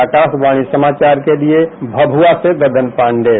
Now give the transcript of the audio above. आकाशवाणी समाचार के लिए भभुआ से ददनजी पांडेय